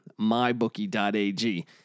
MyBookie.ag